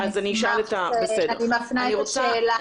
אני מפנה את השאלה למשטרה הירוקה.